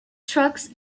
trucks